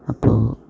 അപ്പോൾ